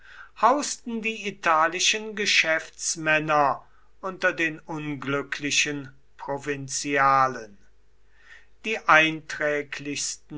hausten die italischen geschäftsmänner unter den unglücklichen provinzialen die einträglichsten